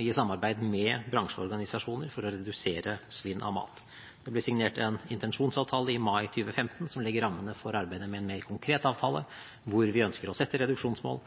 i samarbeid med bransjeorganisasjoner – for å redusere svinn av mat. Det ble signert en intensjonsavtale i mai 2015 som legger rammene for arbeidet med en mer konkret avtale, hvor vi ønsker å sette reduksjonsmål,